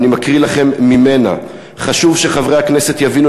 ואני מקריא לכם ממנה: חשוב שחברי הכנסת יבינו